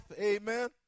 amen